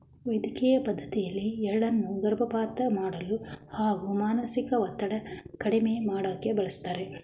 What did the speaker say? ವೈದ್ಯಕಿಯ ಪದ್ಡತಿಯಲ್ಲಿ ಎಳ್ಳನ್ನು ಗರ್ಭಪಾತ ಮಾಡಲು ಹಾಗೂ ಮಾನಸಿಕ ಒತ್ತಡ ಕಡ್ಮೆ ಮಾಡೋಕೆ ಬಳಸ್ತಾರೆ